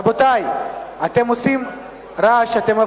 רבותי, אתם עושים רעש.